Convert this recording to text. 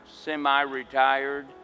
semi-retired